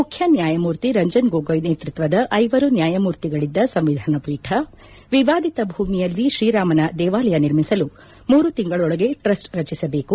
ಮುಖ್ಯ ನ್ಯಾಯಮೂರ್ತಿ ರಂಜನ್ ಗೊಗೊಯ್ ನೇತೃತ್ವದ ಐವರು ನ್ಲಾಯಮೂರ್ತಿಗಳಿದ್ದ ಸಂವಿಧಾನ ಪೀಠ ವಿವಾದಿತ ಭೂಮಿಯಲ್ಲಿ ಶ್ರೀರಾಮನ ದೇವಾಲಯ ನಿರ್ಮಿಸಲು ಮೂರು ತಿಂಗಳೊಳಗೆ ಟ್ರಸ್ಟ್ ರಚಿಸಬೇಕು